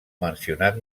mencionat